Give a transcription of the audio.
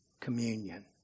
communion